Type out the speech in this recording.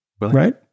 right